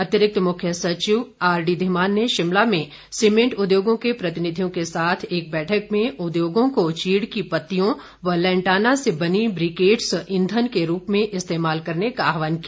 अतिरिक्त मुख्य सचिव आर डीधीमान ने शिमला में सीमेंट उद्योंगो के प्रतिनिधियों के साथ एक बैठक में उद्योगों को चीड़ की पत्तियों व लैंटाना से बनी ब्रीकेट्स ईंधन के रूप में इस्तेमाल करने का आह्वान किया